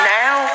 now